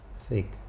thick